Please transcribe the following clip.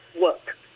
work